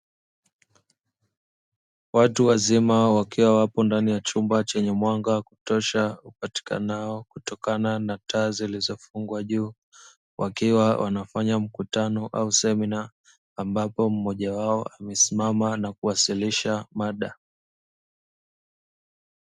Watu wazima wakiwa wapo ndani ya chumba chenye mwanga wa kutosha, upatikanao kutokana na taa zilizofungwa juu. Wakiwa wanafanya mkutano au semina, ambapo mmoja wao amesimama na kuwasilisha mada.